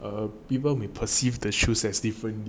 err people would perceive the shoes as differently